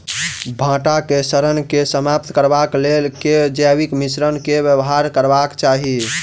भंटा केँ सड़न केँ समाप्त करबाक लेल केँ जैविक मिश्रण केँ व्यवहार करबाक चाहि?